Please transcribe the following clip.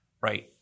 right